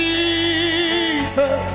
Jesus